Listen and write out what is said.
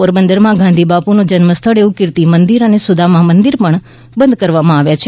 પોરબંદરમાં ગાંધી બાપુનું જન્મસ્થળ એવું કિર્તિ મંદિર અને સુદામા મંદિર પણ બંધ કરવામાં આવ્યા છે